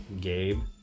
Gabe